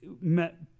met